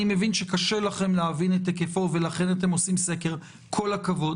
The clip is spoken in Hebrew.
אני מבין שקשה לכם להבין את היקפו ולכן אתם עושים סקר כל הכבוד.